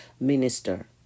minister